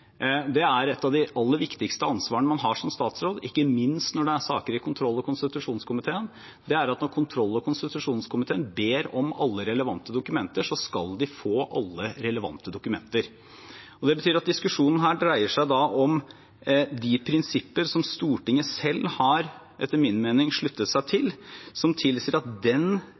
Det er et av de aller viktigste ansvarene man har som statsråd, ikke minst når det er saker i kontroll- og konstitusjonskomiteen, at når kontroll- og konstitusjonskomiteen ber om alle relevante dokumenter, skal de få alle relevante dokumenter. Det betyr at diskusjonen her etter min mening dreier seg om de prinsipper Stortinget selv har sluttet seg til, som tilsier at